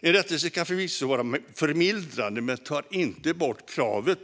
En rättelse kan förvisso vara förmildrande men tar inte bort kravet